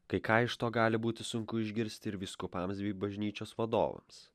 kai ką iš to gali būti sunku išgirsti ir vyskupams bei bažnyčios vadovams